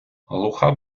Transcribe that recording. глуха